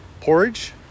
Porridge